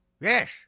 Yes